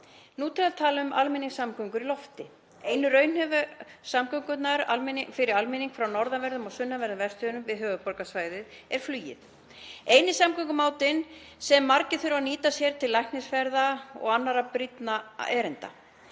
nú til að tala um almenningssamgöngur í lofti. Einu raunhæfu samgöngurnar fyrir almenning frá norðanverðum og sunnanverðum Vestfjörðum við höfuðborgarsvæðið er flugið, eini samgöngumátinn sem margir þurfa að nýta sér til læknisferða og annarra brýnna erinda.